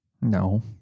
No